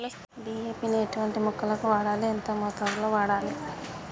DAP ని ఎటువంటి మొక్కలకు వాడాలి? ఎంత మోతాదులో వాడాలి?